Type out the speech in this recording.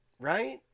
right